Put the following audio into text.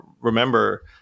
remember